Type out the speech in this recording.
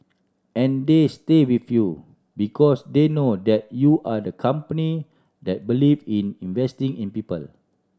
and they stay with you because they know that you are the company that believe in investing in people